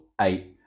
eight